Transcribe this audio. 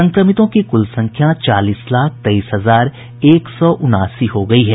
संक्रमितों की कुल संख्या चालीस लाख तेईस हजार एक सौ उनासी हो गयी है